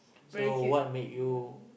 so what make you